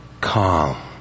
calm